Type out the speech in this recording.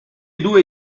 due